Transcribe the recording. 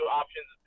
options